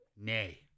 nay